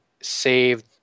save